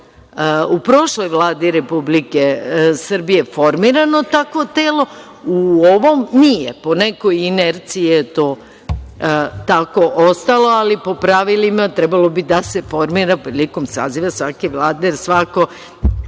u prošloj Vladi Republike Srbije formirano takvo telo, u ovom nije, po nekoj inerciji je to tako ostalo, ali po pravilima trebalo bi da se formira prilikom saziva svake vlade, jer svaka